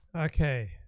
Okay